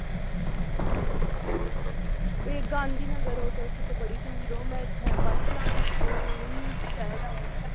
ओह् गांधीनगर बड़ी दूर ऐ ते में इत्थें बन तलाब पुज्जी मिगी चाहिदा ऐ